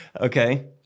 okay